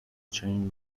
چنین